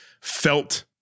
felt